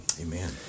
Amen